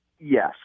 Yes